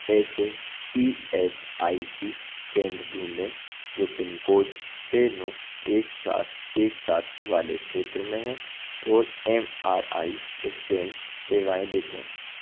ऐसे E S I C केंद्र ढूँढें जो पिनकोड छ नौ एक चार एक सात वाले क्षेत्र में हैं और एम आर आई स्कैन सेवाएँ देते हैं